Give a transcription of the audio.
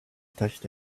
touched